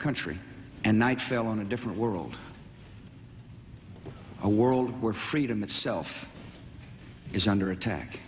country and night fell on a different world a world where freedom itself is under attack